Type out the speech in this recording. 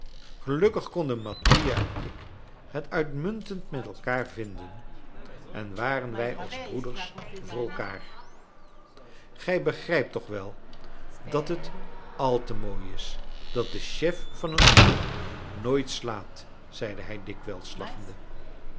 gelukkig konden mattia en ik het uitmuntend met elkaar vinden en waren wij als broeders voor elkander gij begrijpt toch wel dat het al te mooi is dat de chef van een troep nooit slaat zeide hij dikwijls lachende